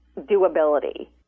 doability